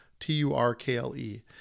T-U-R-K-L-E